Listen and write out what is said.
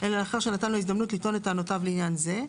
אלא לאחר שנתן לו הזדמנות לטעון את טענותיו לעניין זה.